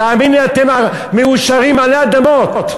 תאמין לי שאתם המאושרים עלי אדמות.